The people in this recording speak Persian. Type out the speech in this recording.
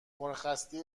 مرخصی